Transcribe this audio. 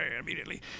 Immediately